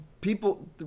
people